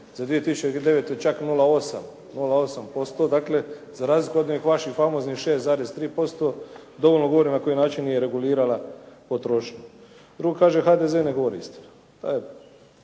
za 2009. čak 0,8%, dakle za razliku od onih vaših famoznih 6,3% dovoljno govori na koji način je regulirala potrošnju. Drugo kaže HDZ ne govori istinu.